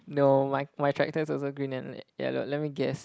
no my my tractor is also green and yellow let me guess